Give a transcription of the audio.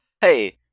Hey